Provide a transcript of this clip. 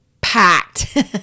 packed